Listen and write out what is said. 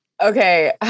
Okay